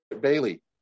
Bailey